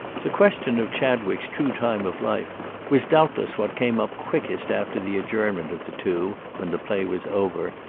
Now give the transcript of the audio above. the question of chadwick's true time of life was, doubtless, what came up quickest after the adjournment of the two, when the play was over,